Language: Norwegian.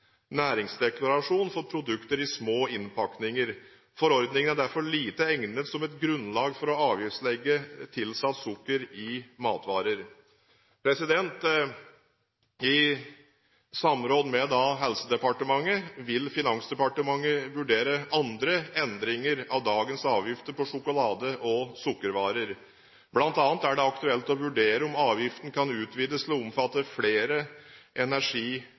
næringsdeklarasjon for produkter i små innpakninger. Forordningen er derfor lite egnet som et grunnlag for å avgiftslegge tilsatt sukker i matvarer. I samråd med Helsedepartementet vil Finansdepartementet vurdere andre endringer av dagens avgifter på sjokolade og sukkervarer. Blant annet er det aktuelt å vurdere om avgiften kan utvides til å omfatte flere